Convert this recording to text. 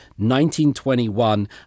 1921